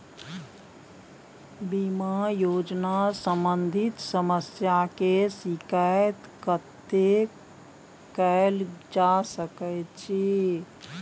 बीमा योजना सम्बंधित समस्या के शिकायत कत्ते कैल जा सकै छी?